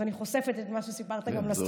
אז אני חושפת את מה שסיפרת גם לסטודנטים.